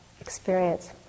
experience